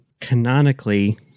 canonically